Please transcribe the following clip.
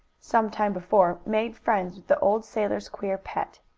some time before, made friends with the old sailor's queer pet.